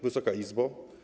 Wysoka Izbo!